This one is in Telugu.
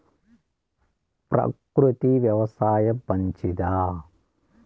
ప్రకృతి వ్యవసాయం మంచిదా?